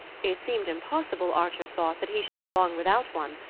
it seemed impossible, archer thought, that he should be long without one,